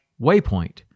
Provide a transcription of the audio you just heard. waypoint